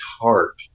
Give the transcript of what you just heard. heart